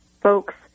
folks